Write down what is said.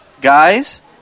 guys